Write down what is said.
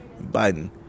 Biden